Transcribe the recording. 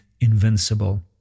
invincible